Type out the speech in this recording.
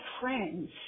friends